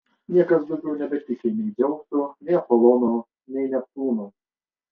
niekas daugiau nebetiki nei dzeusu nei apolonu nei neptūnu